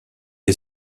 est